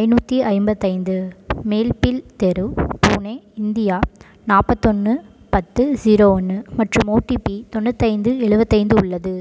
ஐநூற்றி ஐம்பத்தைந்து மேப்பிள் தெரு புனே இந்தியா நாற்பத்தொன்னு பத்து ஜீரோ ஒன்று மற்றும் ஓடிபி தொண்ணூத்தைந்து எழுபத்தைந்து உள்ளது